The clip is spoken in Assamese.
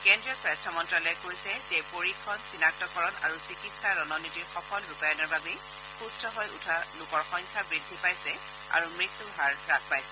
কেন্দ্ৰীয় স্বাস্য মন্ত্যালয়ে কৈছে যে পৰীক্ষণ চিনাক্তকৰণ আৰু চিকিৎসা ৰণনীতিৰ সফল ৰূপায়ণৰ বাবে সুম্থ হৈ উঠা লোকৰ সংখ্যা বৃদ্ধি পাইছে আৰু মৃত্যূৰ হাৰ হাস পাইছে